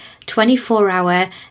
24-hour